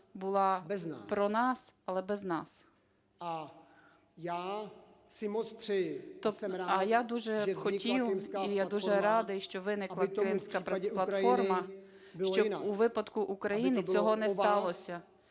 була про нас, але без нас. А я дуже б хотів і я дуже радий, що виникла Кримська платформа, щоб у випадку України цього не сталося,